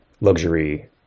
luxury